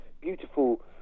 beautiful